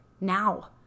now